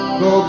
go